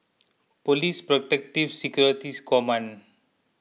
Police Protective Securities Command